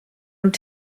und